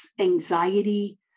anxiety